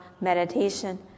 meditation